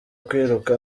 kwiruka